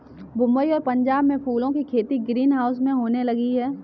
मुंबई और पंजाब में फूलों की खेती ग्रीन हाउस में होने लगी है